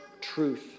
truth